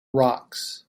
rocks